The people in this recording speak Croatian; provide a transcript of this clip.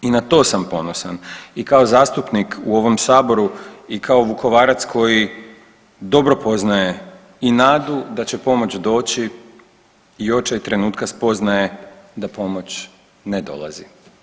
I na to sam ponosan i kao zastupnik u ovom saboru i kao Vukovarac koji dobro poznaje i nadu da će pomoć doći i očaj trenutka spoznaje da pomoć ne dolazi.